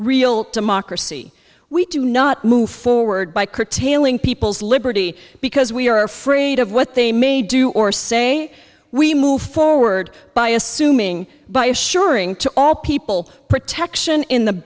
real democracy we do not move forward by curtailing people's liberty because we are afraid of what they may do or say we move forward by assuming by assuring to all people protection in the